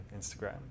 instagram